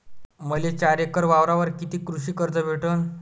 मले चार एकर वावरावर कितीक कृषी कर्ज भेटन?